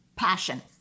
Passion